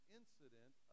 incident